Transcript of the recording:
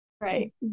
Right